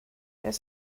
there